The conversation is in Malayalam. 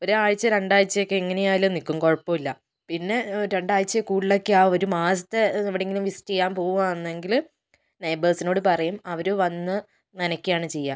ഒരാഴ്ച രണ്ടാഴ്ചയൊക്കെ എങ്ങനെയായാലും നിൽക്കും കുഴപ്പമില്ല പിന്നെ രണ്ടാഴ്ച കൂടുതലൊക്കെയാണ് ഒരു മാസത്തെ എവിടെയെങ്കിലും വിസിറ്റ് ചെയ്യാൻ പോവാന്നെങ്കിൽ നെയ്ബേർസിനോട് പറയും അവർ വന്ന് നനക്കുകയാണ് ചെയ്യുക